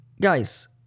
guys